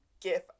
gif